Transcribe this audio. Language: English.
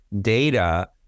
data